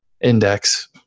index